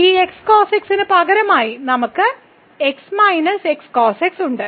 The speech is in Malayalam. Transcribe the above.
ഈ x cosx ന് പകരമായി നമുക്ക് x - x cos x ഉണ്ട്